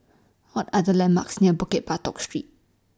What Are The landmarks near Bukit Batok Street